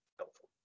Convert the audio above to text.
helpful